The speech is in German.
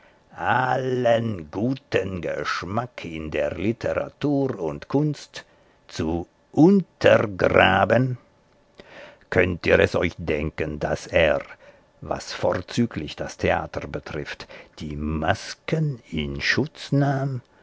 guten geschmack in der literatur und kunst zu untergraben könnt ihr es euch denken daß er was vorzüglich das theater betrifft die masken in schutz nahm